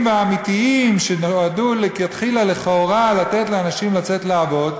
והאמיתיים שנועדו מלכתחילה לכאורה לתת לאנשים לצאת לעבוד.